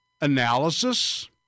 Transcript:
analysis